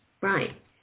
Right